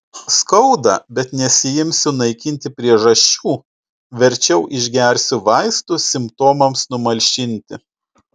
skauda bet nesiimsiu naikinti priežasčių verčiau išgersiu vaistų simptomams numalšinti